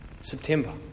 September